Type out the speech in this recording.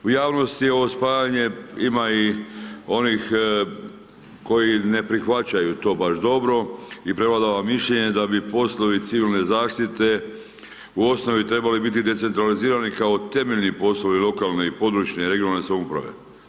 U javnosti je ovo spajanje ima i onih koji ne prihvaćaju baš dobro i prevladava mišljenje da bi poslovi civilne zaštite u osnovi trebali biti decentralizirani kao temeljni poslovi lokalne i područne (regionalne) samouprave.